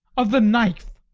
of the knife!